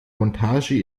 montage